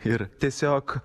ir tiesiog